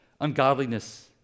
ungodliness